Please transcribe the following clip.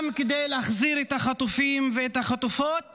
גם כדי להחזיר את החטופים ואת החטופות